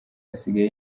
asigaye